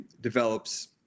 develops